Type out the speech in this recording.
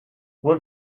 will